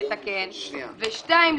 ושניים,